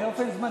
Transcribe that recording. באופן זמני.